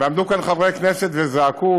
ועמדו כאן חברי כנסת וזעקו,